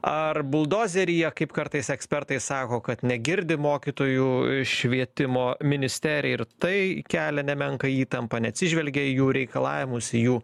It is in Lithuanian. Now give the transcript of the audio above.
ar buldozeryje kaip kartais ekspertai sako kad negirdi mokytojų švietimo ministerija ir tai kelia nemenką įtampą neatsižvelgia į jų reikalavimus į jų